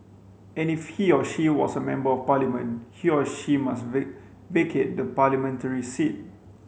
and if he or she was a Member of Parliament he or she must vacate the parliamentary seat